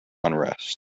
unrest